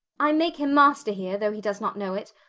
i make him master here, though he does not know it,